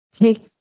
take